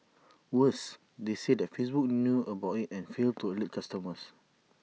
worse they say that Facebook knew about IT and failed to alert customers